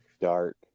dark